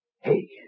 Hey